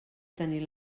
tenir